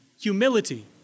humility